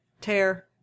tear